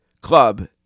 Club